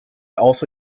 also